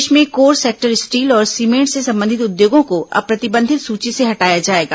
प्रदेश में core sector steel और cement से संबंधित उद्योगों को अब प्रतिबंधित सूची से हटाया जाएगा